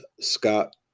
Scott